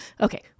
okay